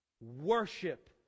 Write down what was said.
worship